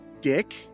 dick